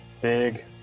big